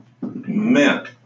men